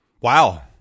Wow